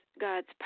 god's